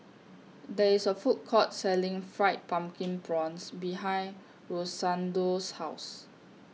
There IS A Food Court Selling Fried Pumpkin Prawns behind Rosendo's House